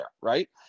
Right